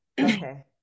okay